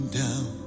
down